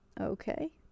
Okay